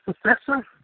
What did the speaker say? professor